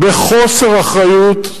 בחוסר אחריות,